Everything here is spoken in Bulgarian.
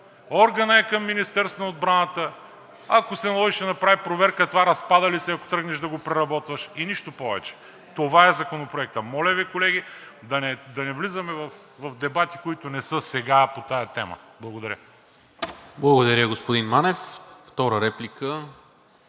Органът е към Министерството на отбраната и ако се наложи, ще направи проверка на това разпада ли се, ако тръгнеш да го преработваш, и нищо повече. Това е Законопроектът. Моля Ви, колеги, да не влизаме в дебати, които не са по тази тема. Благодаря. ПРЕДСЕДАТЕЛ НИКОЛА